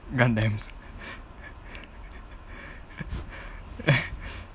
gundams